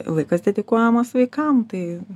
laikas dedikuojamas vaikam tai